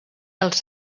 dels